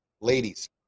ladies